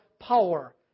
power